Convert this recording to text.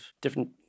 different